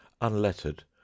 unlettered